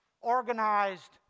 organized